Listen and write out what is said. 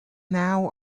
now